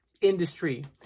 industry